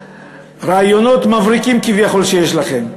רעיונות מבריקים כביכול שיש לכם.